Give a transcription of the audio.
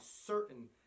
certain